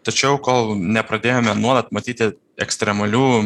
tačiau kol nepradėjome nuolat matyti ekstremalių